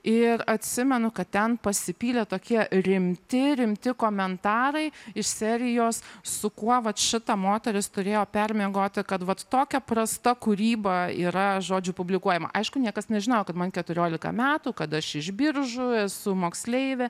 ir atsimenu kad ten pasipylė tokie rimti rimti komentarai iš serijos su kuo vat šita moteris turėjo permiegoti kad vat tokia prasta kūryba yra žodžiu publikuojama aišku niekas nežinojo kad man keturiolika metų kad aš iš biržų esu moksleivė